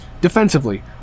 defensively